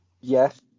Yes